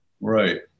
Right